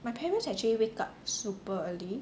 my parents actually wake up super early